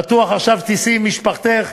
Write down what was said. בטוח עכשיו תיסעי עם משפחתך,